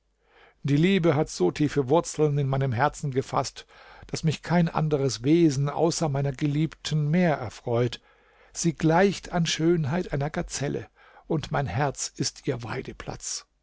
die liebe hat so tiefe wurzeln in meinem herzen gefaßt daß mich kein anderes wesen außer meiner geliebten mehr erfreut sie gleicht an schönheit einer gazelle und mein herz ist ihr